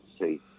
see